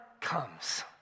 comes